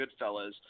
Goodfellas